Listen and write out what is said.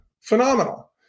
phenomenal